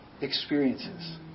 experiences